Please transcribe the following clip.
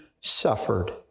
suffered